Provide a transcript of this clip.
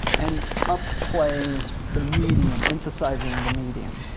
and up playing the medium, emphasizing the medium.